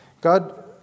God